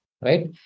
Right